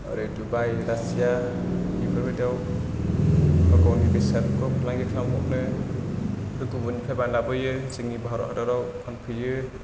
ओरै दुबाय रासिया बेफोरबायदियाव गावगावनि बेसादखौ फालांगि खालामहरनो गुबुननिफ्राय लाबोयो जोंनि भारत हादराव फानफैयो